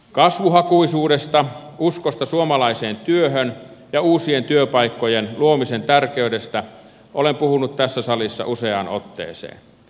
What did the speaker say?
kasvuhakuisuudesta uskosta suomalaiseen työhön ja uusien työpaikkojen luomisen tärkeydestä olen puhunut tässä salissa useaan otteeseen